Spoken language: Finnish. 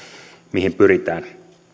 mihin pyritään